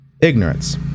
ignorance